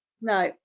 no